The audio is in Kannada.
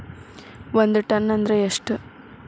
ಒಂದ್ ಟನ್ ಅಂದ್ರ ಎಷ್ಟ?